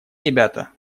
ребята